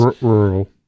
Rural